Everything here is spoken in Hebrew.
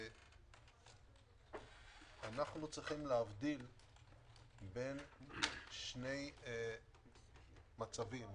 אנחנו צריכים להבדיל בין שני מצבים,